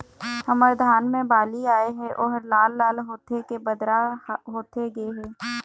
हमर धान मे बाली आए हे ओहर लाल लाल होथे के बदरा होथे गे हे?